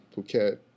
Phuket